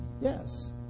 Yes